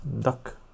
duck